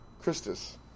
Christus